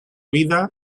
vida